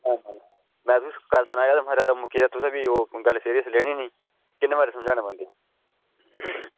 हां हां में तुसें कल सुनाया महा रेता मुक्की गेदा तुसें ओह् गल्ल सीरियस लैनी नी किन्ने बारी समझाना पौंदी